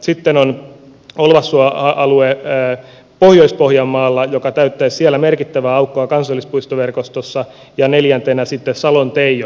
sitten on olvassuon alue pohjois pohjanmaalla joka täyttäisi siellä merkittävän aukon kansallispuistoverkostossa ja neljäntenä sitten salon teijo